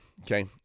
okay